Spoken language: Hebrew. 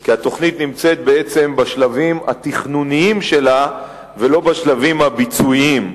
כי התוכנית נמצאת בעצם בשלבים התכנוניים שלה ולא בשלבים הביצועיים.